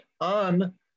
on